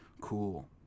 Cool